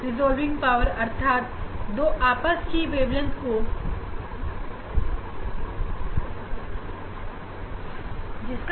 resolving power अर्थात दो आसपास की वेवलेंथ को क्या अलग कर सकते हैं या नहीं